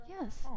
yes